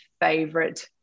favorite